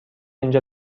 اینجا